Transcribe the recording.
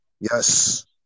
Yes